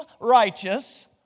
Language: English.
righteous